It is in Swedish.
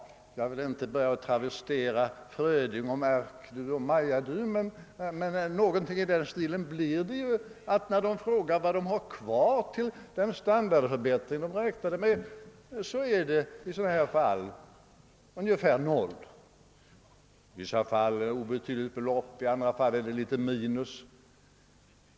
Jag vill inte travestera Frödings »Erk du! Maja du!«, men något i den stilen blir det ju. När personerna i sketchen frågar vad de har kvar till den standardförbättring som de räknat med, finner de att det blir ungefär noll. I vissa fall kan det vara fråga om ett obetydligt belopp, i andra fall ett minus.